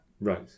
Right